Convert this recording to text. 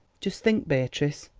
just think, beatrice,